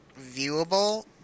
viewable